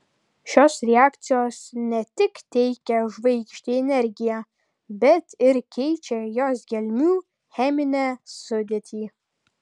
šios reakcijos ne tik teikia žvaigždei energiją bet ir keičia jos gelmių cheminę sudėtį